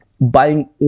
Buying